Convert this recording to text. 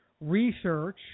research